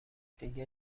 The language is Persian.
دیگه